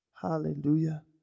Hallelujah